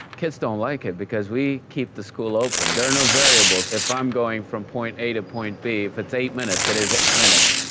kids don't like it because we keep the school open! there are no variables if i'm going from point a to point b, if it's eight minutes, it is eight minutes.